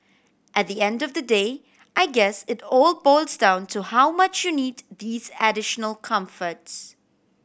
at the end of the day I guess it all boils down to how much you need these additional comforts